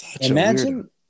Imagine